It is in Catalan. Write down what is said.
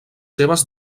seves